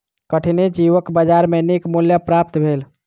कठिनी जीवक बजार में नीक मूल्य प्राप्त भेल